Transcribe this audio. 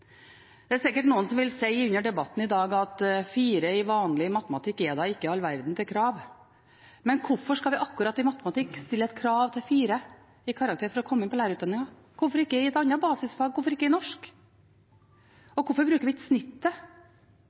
Det er sikkert noen som i debatten i dag vil si at 4 i vanlig matematikk ikke er all verden til krav. Men hvorfor skal vi akkurat i matematikk stille et krav om karakteren 4 for å komme inn på lærerutdanningen? Hvorfor ikke i et annet basisfag, hvorfor ikke i norsk? Og hvorfor bruker vi ikke gjennomsnittet? Jeg tror at i